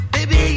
Baby